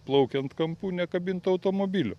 plaukiant kampu nekabintų automobilių